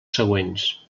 següents